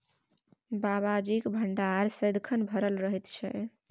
बाबाजीक भंडार सदिखन भरल रहैत छै